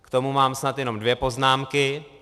K tomu mám snad jenom dvě poznámky.